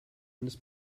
eines